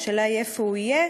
השאלה איפה הוא יהיה,